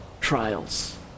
trials